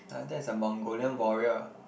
ah that's a Mongolian warrior